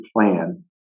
plan